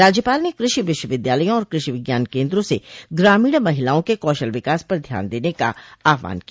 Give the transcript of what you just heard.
राज्यपाल ने कृषि विश्वविद्यालयों और कृषि विज्ञान केन्द्रों से ग्रामीण महिलाओं के कौशल विकास पर ध्यान देने का आह्वान किया